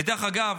ודרך אגב,